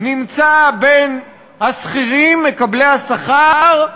נמצא בין השכירים, מקבלי השכר,